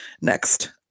Next